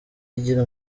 igira